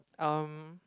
um